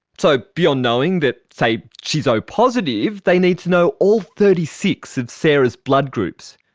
so beyond knowing that, say, she's o positive, they need to know all thirty six of sarah's blood groups.